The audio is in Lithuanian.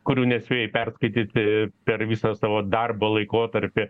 kurių nespėjai perskaityti per visą savo darbo laikotarpį